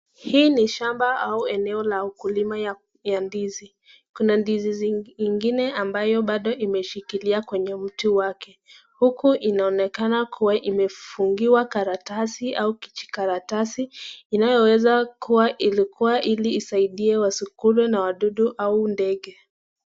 Hii ni shamba au eneo la ukulima ya ndizi, kuna ndizi zingine ambayo bado ameshikilia kwenye mti wake. Huku unaonekana kua imefungiwa karatasi au kijikaratasi inayoweza kua ilikua iwasadie isikuliwe na wadudu au ndege.